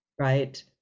Right